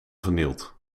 vernield